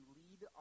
lead